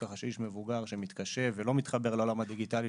ככה שאיש מבוגר שמתקשה ולא מתחבר לעולם הדיגיטלי,